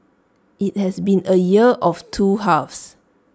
IT has been A year of two halves